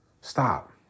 stop